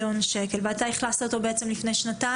ואתה אכלסת אותו בעצם לפני שנתיים?